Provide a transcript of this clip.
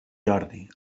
jordi